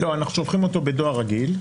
לא, אנחנו שולחים אותו בדואר רגיל.